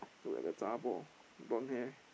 look at the zha-bor blonde hair